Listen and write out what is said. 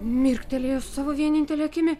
mirktelėjo savo vienintele akimi